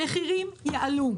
המחירים יעלו.